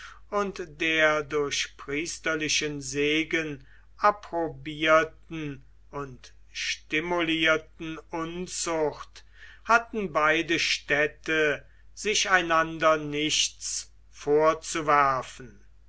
und der durch priesterlichen segen approbierten und stimulierten unzucht hatten beide städte sich einander nichts vorzuwerfen